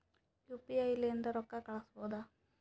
UPI ಲಿಂದ ರೊಕ್ಕ ಕಳಿಸಬಹುದಾ?